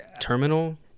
terminal